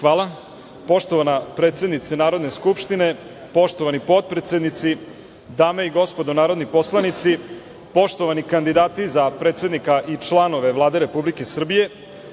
Hvala. Poštovana predsednice Narodne skupštine, poštovani potpredsednici, dame i gospodo narodni poslanici, poštovani kandidati za predsednika i članove Vlade Republike Srbije,